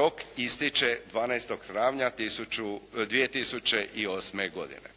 Rok ističe 12. travnja 2008. godine.